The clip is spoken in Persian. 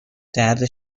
درد